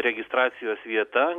registracijos vieta